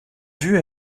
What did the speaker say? vue